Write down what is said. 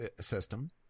system